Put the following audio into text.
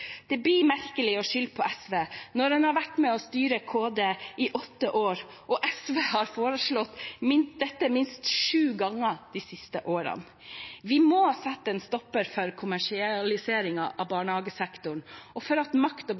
Det blir merkelig å skylde på SV når en har vært med på å styre Kunnskapsdepartementet i åtte år og SV har foreslått dette minst sju ganger de siste årene. Vi må sette en stopper for kommersialiseringen av barnehagesektoren og for at